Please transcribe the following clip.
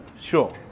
Sure